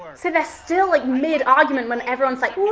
so they're still like mid argument when everyone's like,